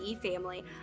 family